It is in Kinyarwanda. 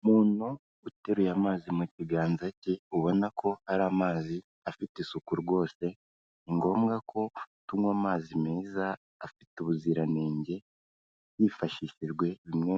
Umuntu uteruye amazi mu kiganza cye ubona ko ari amazi afite isuku rwose ni ngombwa ko tuywa amazi meza afite ubuziranenge hifashishijwe bimwe